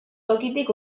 tokitik